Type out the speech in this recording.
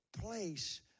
place